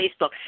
Facebook